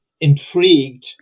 intrigued